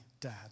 dad